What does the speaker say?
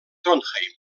trondheim